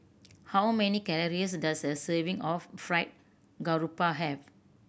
how many calories does a serving of Fried Garoupa have